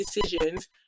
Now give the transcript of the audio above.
decisions